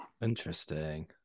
Interesting